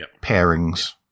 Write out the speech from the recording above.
pairings